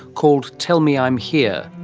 called tell me i'm here.